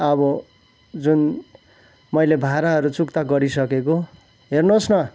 अब जुन मैले भाडाहरू चुक्ता गरिसकेको हेर्नुहोस् न